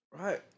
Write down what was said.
Right